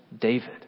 David